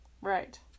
Right